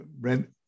rent